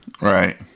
Right